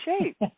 shape